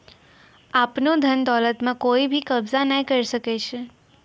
आपनो धन दौलत म कोइ भी कब्ज़ा नाय करै सकै छै